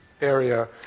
area